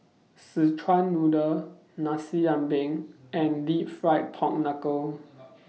Szechuan Noodle Nasi Ambeng and Deep Fried Pork Knuckle